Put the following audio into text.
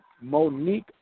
Monique